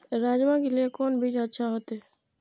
राजमा के लिए कोन बीज अच्छा होते?